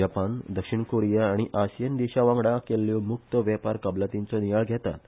जपान दक्षिण कोरिया आनी आसियन देशा वांगडा केल्ल्या मुक्त वेपार कबलातींचो नियाळ घेतात